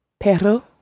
perro